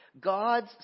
God's